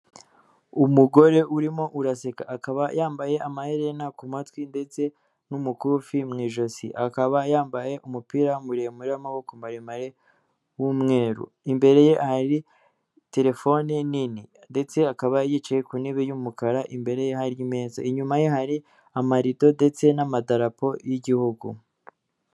Umugore urimo uraseka akaba yambaye amaherena ku matwi ndetse n'umukufi mu ijosi, akaba yambaye umupira muremure w'amaboko maremare w'umweru. Imbere ye hari telefone nini ndetse akaba yicaye ku ntebe y'umukara imbere ye hari imeza. Inyuma ye hari amarido ndetse n'amadarapo y'igihugu.